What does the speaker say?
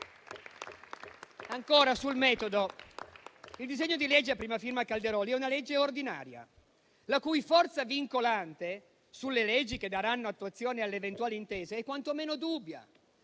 il disegno di legge a prima firma Calderoli è una legge ordinaria, la cui forza vincolante sulle leggi che daranno attuazione alle eventuali intese è quantomeno dubbia.